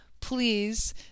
please